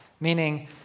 meaning